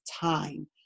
time